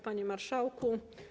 Panie Marszałku!